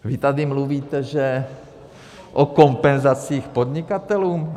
Vy tady mluvíte o kompenzacích podnikatelům?